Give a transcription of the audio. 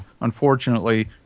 Unfortunately